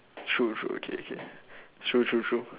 true true okay okay true true true